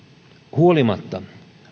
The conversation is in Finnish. huolimatta